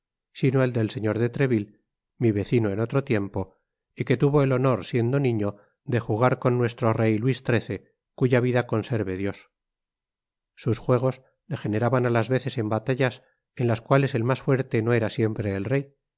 sino el del señor de treville mi vecino en otro tiempo y que tuvo el honor siendo niño de jugar con nuestro rey luis xiii cuya vida conserve dios sus juegos degeneraban á las veces en batallas en las cuales el mas fuerte no era siempre el rey